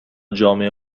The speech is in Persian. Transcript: جامعه